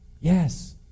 Yes